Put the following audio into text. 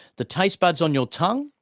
the taste buds on your tongue,